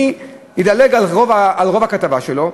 אני אדלג על רוב הכתבה שלו,